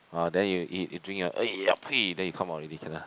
ah then you you eat you drink then you come out already can't ah